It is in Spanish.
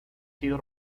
sido